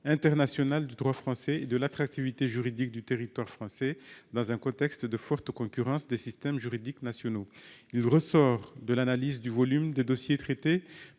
international du droit français et de l'attractivité juridique du territoire français dans un contexte de forte concurrence des systèmes juridiques nationaux. Il ressort de l'analyse du volume des dossiers traités